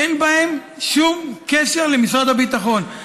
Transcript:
אין להם שום קשר למשרד הביטחון.